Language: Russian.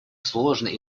сложной